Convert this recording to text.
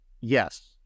yes